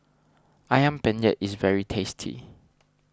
Ayam Penyet is very tasty